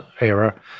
era